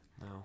No